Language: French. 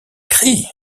cris